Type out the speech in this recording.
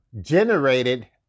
generated